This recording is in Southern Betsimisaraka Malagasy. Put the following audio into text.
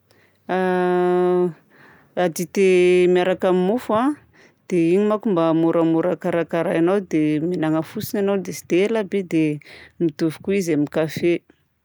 A Dite miaraka amin'ny mofo a dia iny manko mba moramora karakarainao dia mihinagna fotsiny ianao dia tsy dia ela be dia mitovy koa izy amin'ny kafe.